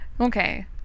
okay